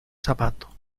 zapato